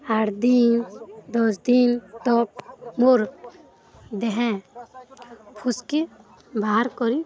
ଆଠ୍ ଦିନ୍ ଦଶ୍ ଦିନ୍ ତକ୍ ମୋର୍ ଦେହେଁ ଫୁସ୍କି ବାହାର କରି